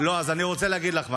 אז אני רוצה להגיד לך משהו.